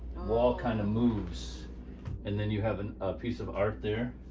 wall kind of moves and then you have and a piece of art there.